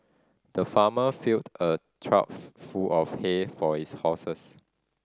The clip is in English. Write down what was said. the farmer filled a trough full of hay for his horses